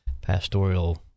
pastoral